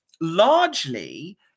largely